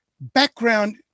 background